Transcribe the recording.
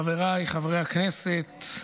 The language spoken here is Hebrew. חבריי חברי הכנסת,